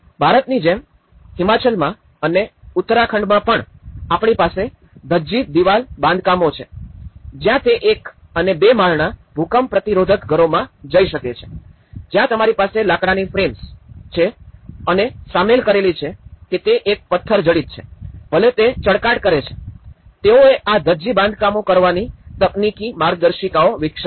ભારતની જેમ હિમાચલમાં અને ઉત્તરાખંડમાં પણ આપણી પાસે ધજજી દિવાલ બાંધકામો છે જ્યાં તે એક અને બે માળના ભૂકંપ પ્રતિરોધક ઘરોમાં જઈ શકે છે જ્યાં તમારી પાસે લાકડાની ફ્રેમ્સ છે અને સામેલ કરેલી છે કે તે એક પત્થર જડિત છે ભલે તે ચળકાટ કરે છે તેઓએ આ ધજજી બાંધકામો કરવાની તકનીકી માર્ગદર્શિકાઓ વિકસાવી છે